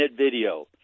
video